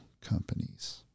companies